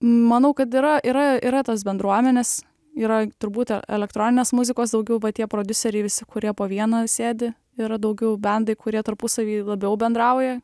manau kad yra yra yra tos bendruomenės yra turbūt e elektroninės muzikos daugiau va tie prodiuseriai visi kurie po vieną sėdi yra daugiau bendai kurie tarpusavy labiau bendrauja